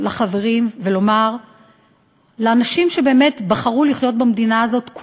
לחברים ולומר לאנשים שבאמת בחרו לחיות במדינה הזאת,